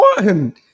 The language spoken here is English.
one